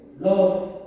love